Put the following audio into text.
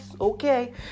okay